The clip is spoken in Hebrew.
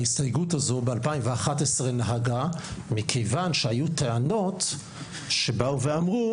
ההסתייגות בשנת 2011 עלתה מכיוון שהיו טענות שבאו ואמרו,